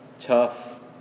tough